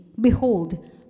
behold